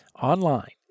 online